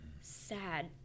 sad